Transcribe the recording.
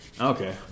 Okay